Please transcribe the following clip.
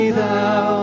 thou